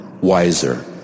wiser